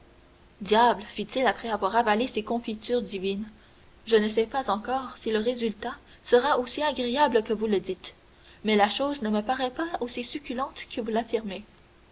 fit-il après avoir avalé ces confitures divines je ne sais pas encore si le résultat sera aussi agréable que vous le dites mais la chose ne me paraît pas aussi succulente que vous l'affirmez